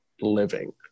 living